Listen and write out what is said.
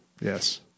Yes